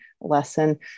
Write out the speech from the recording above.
lesson